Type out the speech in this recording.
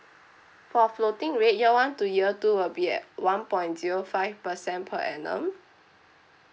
for floating rate year one to year two will be at one point zero five percent per annum